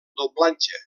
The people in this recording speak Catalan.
doblatge